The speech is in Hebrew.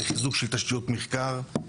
לחיזוק של תשתיות מחקר,